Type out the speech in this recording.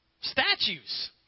statues